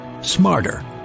smarter